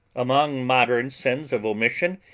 among modern sins of omission,